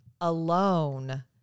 alone